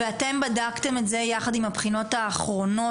אתם בדקתם את זה יחד עם הבחינות האחרונות